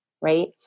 right